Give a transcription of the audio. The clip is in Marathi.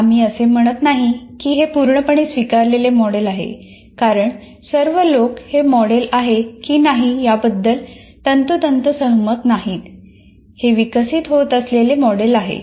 आम्ही असे म्हणत नाही की हे पूर्णपणे स्वीकारलेले मॉडेल आहे कारण सर्व लोक हे मॉडेल आहे की नाही याबद्दल तंतोतंत सहमत नाही हे विकसित होत असलेले मॉडेल आहे